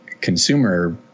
consumer